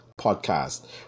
podcast